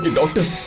doctor,